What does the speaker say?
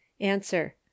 Answer